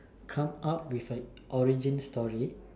come up with an origin story